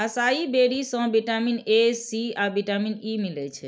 असाई berry सं vitamin A, C आ vitamin E मिलै छै